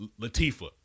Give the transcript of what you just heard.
Latifah